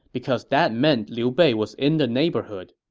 because that meant liu bei was in the neighborhood.